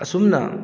ꯑꯁꯨꯝꯅ